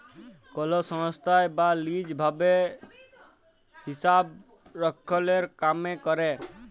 call সংস্থায় বা lease ভাবে হিসাবরক্ষলের কামে ক্যরে